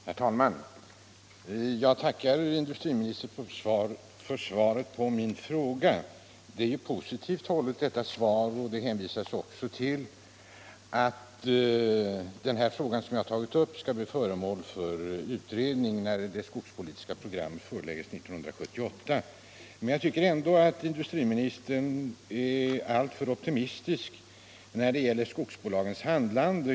Herr talman! Jag tackar industriministern för svaret på min fråga. Svaret är positivt hållet, och det hänvisas till att den fråga jag tagit upp skall bli föremål för utredning när det skogspolitiska programmet framläggs 1978. Men jag tycker ändå att industriministern är alltför optimistisk när det gäller skogsbolagens handlande.